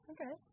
Okay